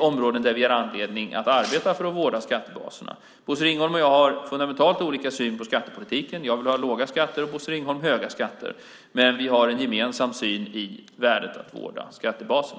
områden där vi har anledning att arbeta för att vårda skattebaserna. Bosse Ringholm och jag har fundamentalt olika syn på skattepolitiken. Jag vill ha låga skatter, och Bosse Ringholm vill ha höga skatter. Men vi har en gemensam syn på värdet av att vårda skattebaserna.